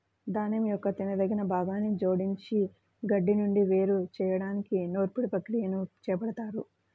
ధాన్యం యొక్క తినదగిన భాగాన్ని జోడించిన గడ్డి నుండి వేరు చేయడానికి నూర్పిడి ప్రక్రియని చేపడతారు